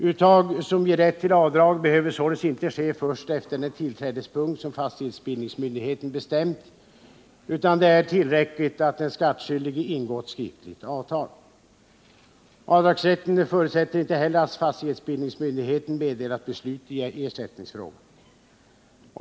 Uttag som ger rätt till avdrag behöver således inte ske först efter den tillträdestidpunkt som fastighetsbildningsmyndigheten bestämt, utan det är tillräckligt att den skattskyldige ingått skriftligt avtal. Avdragsrätten förutsätter inte heller att fastighetsbildningsmyndigheten meddelat beslut i ersättningsfrågan.